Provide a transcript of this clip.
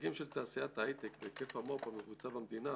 ההישגים של תעשיית ההיי-טק והיקף המו״פ המבוצע במדינה